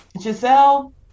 Giselle